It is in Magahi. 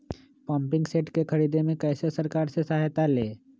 पम्पिंग सेट के ख़रीदे मे कैसे सरकार से सहायता ले?